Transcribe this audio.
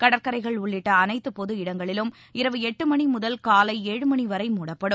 கடற்கரைகள் உள்ளிட்ட அனைத்து பொது இடங்களும் இரவு எட்டு மணி முதல் காலை ஏழு மணி வரை முடப்படும்